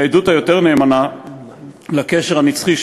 היא העדות היותר-נאמנה לקשר הנצחי,